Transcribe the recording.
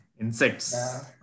Insects